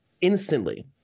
instantly